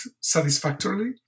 satisfactorily